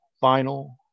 final